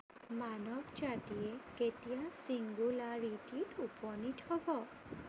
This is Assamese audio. মানৱ জাতিয়ে কেতিয়া ছিংগুলাৰিটিত উপনীত হ'ব